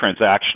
transactional